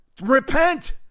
Repent